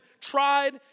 tried